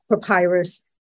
papyrus